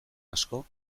asko